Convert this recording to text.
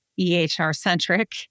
EHR-centric